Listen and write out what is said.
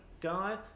guy